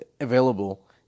Available